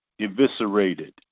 Eviscerated